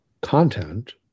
content